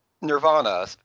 Nirvana